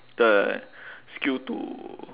the skill to